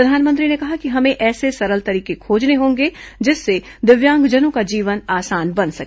प्रधानमंत्री ने कहा कि हमें ऐसे सरल तरीके खोजने होंगे जिससे दिव्यांगजनों का जीवन आसान बन सके